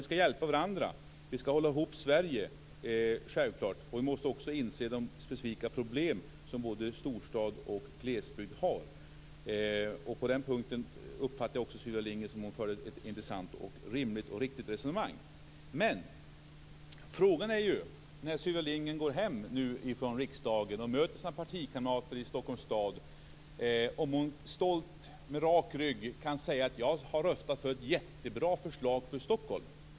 Vi skall hjälpa varandra, vi skall hålla ihop Sverige. Vi måste också inse de specifika problem som både storstad och glesbygd har. På den punkten uppfattade jag att Sylvia Lindgren förde ett intressant, rimligt och riktigt resonemang. Men när Sylvia Lindgren går hem från riksdagen och möter sina partikamrater i Stockholms stad är frågan om hon stolt och med rak rygg kan säga: Jag har röstat för ett jättebra förslag för Stockholm.